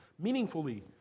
Meaningfully